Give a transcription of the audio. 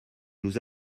nous